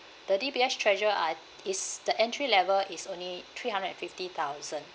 the D_B_S treasure I is the entry level is only three hundred and fifty thousand